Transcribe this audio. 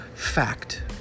Fact